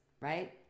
right